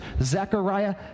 Zechariah